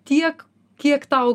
tiek kiek tau